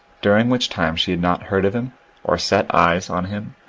during which time she had not heard of him or set eyes on him,